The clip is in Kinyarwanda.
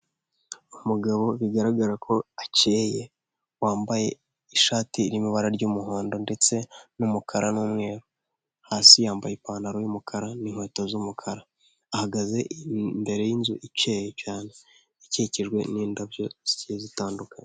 Umugabo bigaragara ko akeye wambaye ishati irimo ibara ry'umuhondo ndetse n'umukara n'umweru, hasi yambaye ipantaro y'umukara n'inkweto z'umukara, ahagaze imbere y'inzu ikikijwe n'indabyo zigiye zitandukanye.